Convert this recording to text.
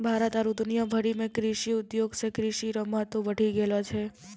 भारत आरु दुनिया भरि मे कृषि उद्योग से कृषि रो महत्व बढ़ी गेलो छै